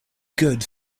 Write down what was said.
good